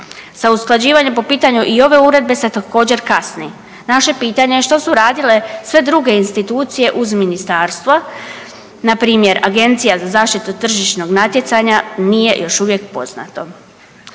Sa usklađivanjem po pitanju i ove Uredbe se također kasni. Naše pitanje je što su radile sve druge institucije uz Ministarstva, npr. Agencija za zaštitu tržišnog natjecanja, nije još uvijek poznato.